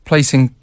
placing